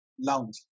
lounge